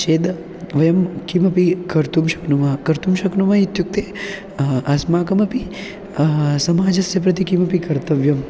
चेद् वयं किमपि कर्तुं शक्नुमः कर्तुं शक्नुम इत्युक्ते अस्माकमपि समाजस्य प्रति किमपि कर्तव्यं